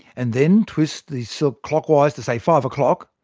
and then twist the silk clockwise to say five o'clock,